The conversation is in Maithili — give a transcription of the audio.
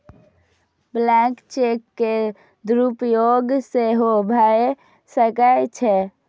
ब्लैंक चेक के दुरुपयोग सेहो भए सकै छै